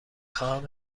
خواهم